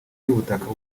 y’ubutaka